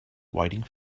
waiting